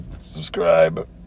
subscribe